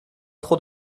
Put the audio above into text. trop